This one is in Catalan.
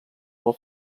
del